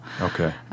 Okay